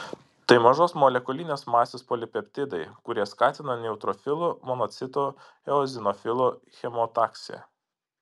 tai mažos molekulinės masės polipeptidai kurie skatina neutrofilų monocitų eozinofilų chemotaksį